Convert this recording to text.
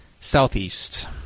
southeast